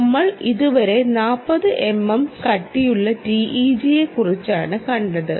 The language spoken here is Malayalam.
നമ്മൾ ഇതുവരെ 40 mm കട്ടിയുള്ള TEG യെക്കുറിച്ചാണ് കണ്ടത്